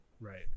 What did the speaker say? right